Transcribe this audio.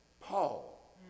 Paul